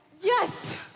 Yes